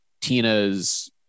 Tina's